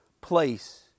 place